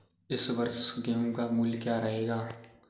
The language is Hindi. इस वर्ष गेहूँ का मूल्य क्या रहेगा?